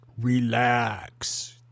Relax